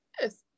Yes